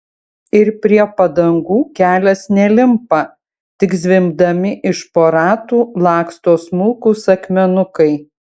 ir prie padangų kelias nelimpa tik zvimbdami iš po ratų laksto smulkūs akmenukai